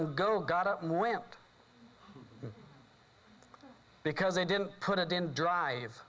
and go got up and went because they didn't put it in drive